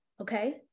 Okay